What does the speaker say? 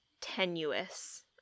tenuous